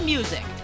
Music